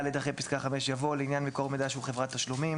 אחרי פסקה (5) יבוא: "(5א)לעניין מקור מידע שהוא חברת תשלומים